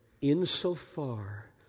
insofar